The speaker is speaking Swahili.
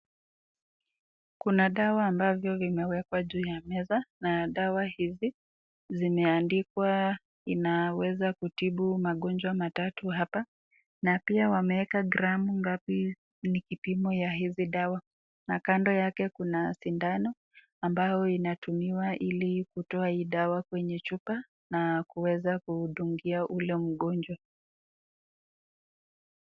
Kuna dawa ambavyo vimewekwa juu ya meza na dawa hizi zimeandikwa inaweza kutibu magonjwa matatu hapa na pia wameweka gramu ngapi ni kipimo ya hizi dawa. Na kando yake kuna sindano ambayo inatumiwa ili kutoa hii dawa kwenye chupa na kuweza kudungia ule mgonjwa.